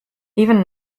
even